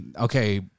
okay